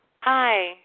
Hi